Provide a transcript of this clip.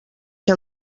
que